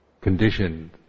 conditioned